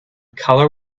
color